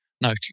no